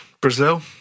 Brazil